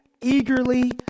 eagerly